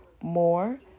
more